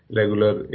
regular